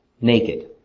naked